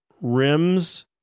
rims